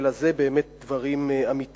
אלא אלה באמת דברים אמיתיים.